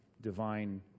divine